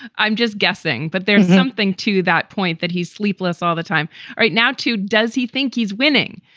i'm just guessing. but there's something to that point that he's sleepless all the time right now, too. does he think he's winning?